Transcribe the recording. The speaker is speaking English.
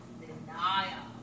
denial